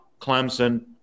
Clemson